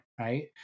Right